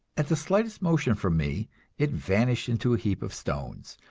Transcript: at the slightest motion from me it vanished into a heap of stones,